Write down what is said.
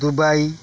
Dubai